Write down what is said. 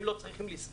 הם לא צריכים לסבול.